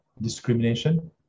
discrimination